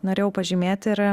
norėjau pažymėti ir